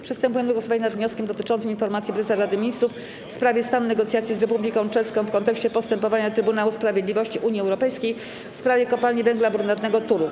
Przystępujemy do głosowania nad wnioskiem dotyczącym informacji Prezesa Rady Ministrów w sprawie stanu negocjacji z Republiką Czeską w kontekście postępowania Trybunału Sprawiedliwości Unii Europejskiej w sprawie Kopalni Węgla Brunatnego Turów.